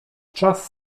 czas